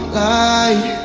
light